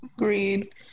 Agreed